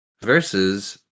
versus